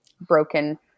broken